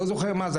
אני לא זוכר מה זה,